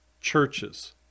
churches